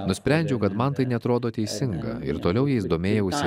nusprendžiau kad man tai neatrodo teisinga ir toliau jais domėjausi